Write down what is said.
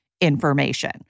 Information